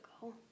go